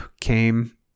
came